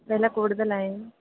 വില കൂടുതലായോ